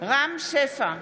רם שפע,